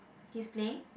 he's playing